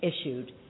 issued